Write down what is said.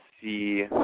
see